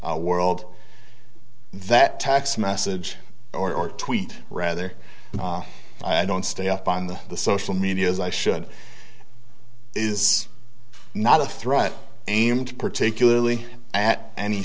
world that text message or tweet rather i don't stay up on the the social media as i should is not a threat aimed particularly at any